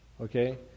okay